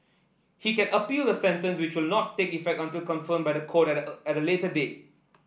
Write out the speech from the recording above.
he can appeal the sentence which will not take effect until confirmed by the court at a at later date